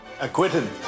Acquitted